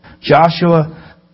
Joshua